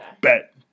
Bet